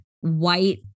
white